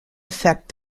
affect